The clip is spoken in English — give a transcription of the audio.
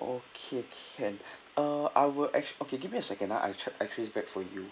okay can uh I will ac~ okay give me a second ah I'll check I'll trace back for you